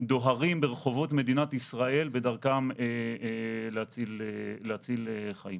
דוהרים ברחובות מדינת ישראל בדרכם להציל חיים.